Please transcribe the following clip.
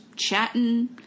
Chatting